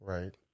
Right